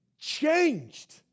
changed